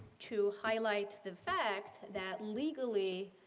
to highlight the fact that legally,